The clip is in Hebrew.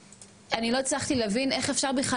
אני לא הצלחתי להבין איך אפשר בכלל